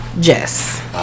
Jess